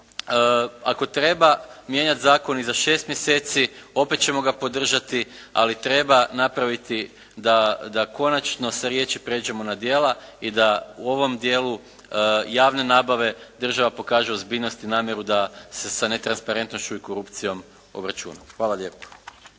ako treba mijenjati zakon i za 6 mjeseci opet ćemo ga podržati ali treba napraviti da konačno sa riječi prijeđemo na djela i da u ovom dijelu javne nabave država pokaže ozbiljnost i namjeru da se sa netransparentnošću i korupcijom obračuna. Hvala lijepa.